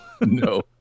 No